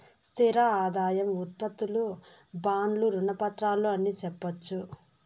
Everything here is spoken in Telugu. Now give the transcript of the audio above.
స్థిర ఆదాయం ఉత్పత్తులు బాండ్లు రుణ పత్రాలు అని సెప్పొచ్చు